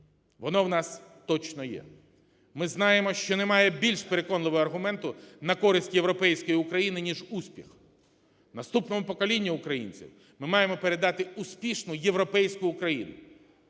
Воно у нас точно є. Ми знаємо, що немає більш переконливого аргументу на користь європейської України ніж успіх. Наступному поколінню українців ми маємо передати успішну європейську Україну.